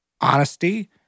honesty